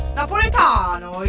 napoletano